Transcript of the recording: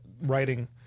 writing